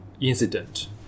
incident